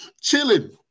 chilling